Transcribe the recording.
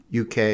UK